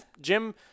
Jim